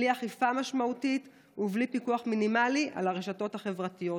בלי אכיפה משמעותית ובלי פיקוח מינימלי על הרשתות החברתיות.